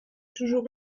toujours